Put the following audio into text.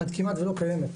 עד כמעט ולא קיימת,